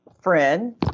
friend